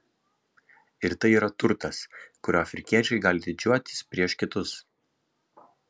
ir tai yra turtas kuriuo afrikiečiai gali didžiuotis prieš kitus